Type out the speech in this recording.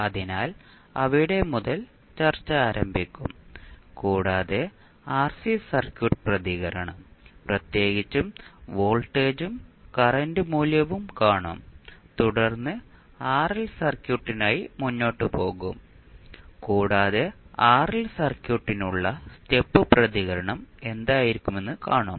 അതിനാൽ അവിടെ മുതൽ ചർച്ച ആരംഭിക്കും കൂടാതെ ആർസി സർക്യൂട്ട് പ്രതികരണം പ്രത്യേകിച്ചും വോൾട്ടേജും കറന്റ് മൂല്യവും കാണും തുടർന്ന് ആർഎൽ സർക്യൂട്ടിനായി മുന്നോട്ട് പോകും കൂടാതെ ആർഎൽ സർക്യൂട്ടിനുള്ള സ്റ്റെപ്പ് പ്രതികരണം എന്തായിരിക്കുമെന്ന് കാണും